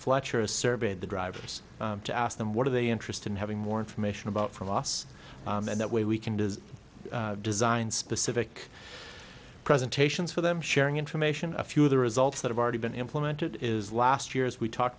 fletcher survey the drivers to ask them what are they interested in having more information about from us and that way we can do is designed specific presentations for them sharing information a few of the results that have already been implemented is last year as we talked